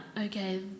okay